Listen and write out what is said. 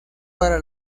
para